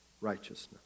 righteousness